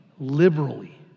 liberally